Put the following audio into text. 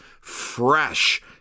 fresh